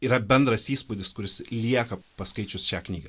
yra bendras įspūdis kuris lieka paskaičius šią knygą